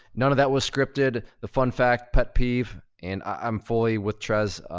none of that was scripted, the fun fact pet peeve. and i'm fully with chezz.